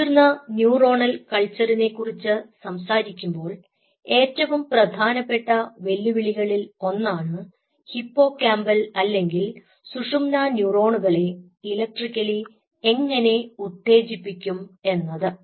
മുതിർന്ന ന്യൂറോണൽ കൾച്ചറിനെ കുറിച്ച് സംസാരിക്കുമ്പോൾ ഏറ്റവും പ്രധാനപ്പെട്ട വെല്ലുവിളികളിൽ ഒന്നാണ് ഹിപ്പോകാമ്പൽ അല്ലെങ്കിൽ സുഷുമ്നാ ന്യൂറോണുകളെ ഇലക്ട്രിക്കലി എങ്ങനെ ഉത്തേജിപ്പിക്കും എന്നത്